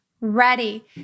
ready